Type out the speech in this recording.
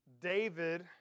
David